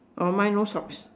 orh mine no socks